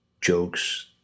jokes